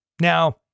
Now